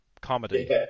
comedy